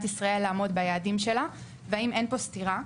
ישראל לעמוד ביעדים שלה והאם אין פה סתירה?